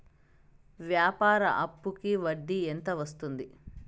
వ్యాపార అప్పుకి వడ్డీ ఎంత వస్తుంది?